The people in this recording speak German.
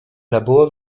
labor